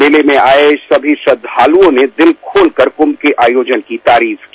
मेले में आये सभी श्रद्दालुओं ने दिल खोल कर कुंभ के आयोजन की तारीफ की